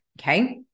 Okay